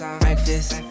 breakfast